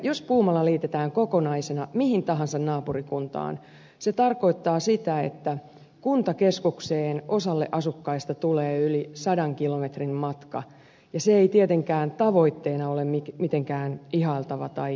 jos puumala liitetään kokonaisena mihin tahansa naapurikuntaan se tarkoittaa sitä että kuntakeskukseen osalle asukkaista tulee yli sadan kilometrin matka ja se ei tietenkään tavoitteena ole mitenkään ihailtava tai kannustettava